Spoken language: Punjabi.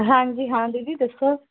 ਹਾਂਜੀ ਹਾਂ ਦੀਦੀ ਦੱਸੋ